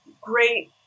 great